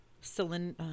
cylinder